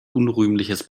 unrühmliches